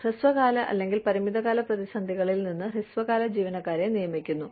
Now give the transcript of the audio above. ഹ്രസ്വകാല അല്ലെങ്കിൽ പരിമിതകാല പ്രതിസന്ധികളിൽ നിങ്ങൾ ഹ്രസ്വകാല ജീവനക്കാരെ നിയമിക്കുന്നു